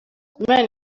imana